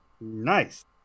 Nice